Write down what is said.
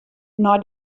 nei